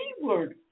Keyword